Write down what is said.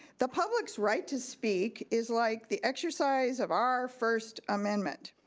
the public's right to speak, is like the exercise of our first amendment.